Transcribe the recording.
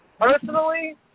Personally